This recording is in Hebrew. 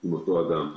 עם אותו אדם.